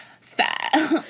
fat